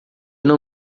não